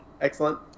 Excellent